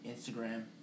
Instagram